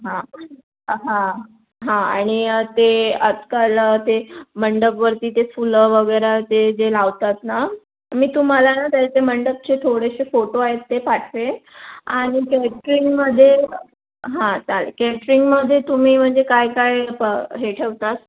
हां आ हां हां आणि ते आजकाल ते मंडपवरती ते फुलं वगैरे ते जे लावतात ना मी तुम्हाला ना त्याचे मंडपचे थोडेसे फोटो आहेत ते पाठवेन आणि केटरिंगमध्ये हां चालेल केटरिंगमध्ये तुम्ही म्हणजे काय काय हे ठेवता